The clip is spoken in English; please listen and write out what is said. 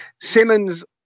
Simmons